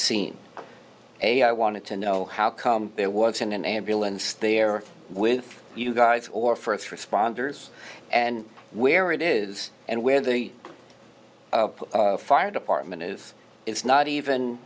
scene a i wanted to know how come there was an ambulance there with you guys or first responders and where it is and where they are fire department is it's not even